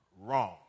wrong